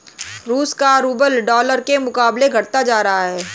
रूस का rouble dollar के मुकाबले घटता जा रहा है